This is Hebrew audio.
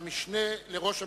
ל"המשנה לראש הממשלה,